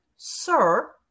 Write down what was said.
Sir